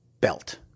belt